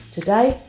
Today